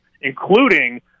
including